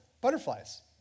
butterflies